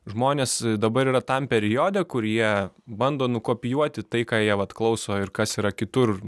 žmonės dabar yra tam periode kurie bando nukopijuoti tai ką jie vat klauso ir kas yra kitur